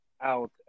out